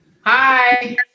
Hi